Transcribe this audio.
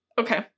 Okay